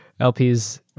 LPs